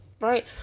Right